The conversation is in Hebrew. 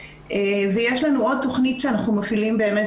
יש לנו עוד תכנית שאנחנו מפעילים באמת